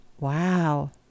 Wow